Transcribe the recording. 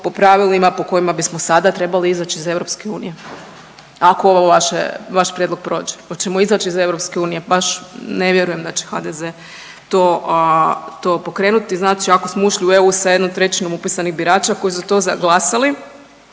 po pravilima po kojima bismo sada trebali izaći iz EU, ako ovo vaše, vaš prijedlog prođe. Hoćemo izaći iz EU? Baš ne vjerujem da će HDZ to pokrenuti. Znači ako smo ušli u EU s jednom trećinom upisanih birača koji su to zaglasali,